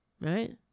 right